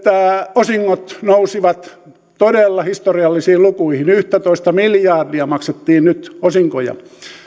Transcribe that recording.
osingot nousivat todella historiallisiin lukuihin yhtätoista miljardia maksettiin nyt osinkoja